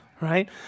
right